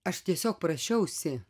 aš tiesiog prašiausi